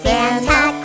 Santa